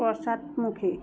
পশ্চাদমুখী